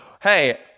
Hey